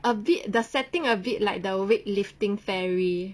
a bit the setting a bit like the weight lifting fairy